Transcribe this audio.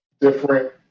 different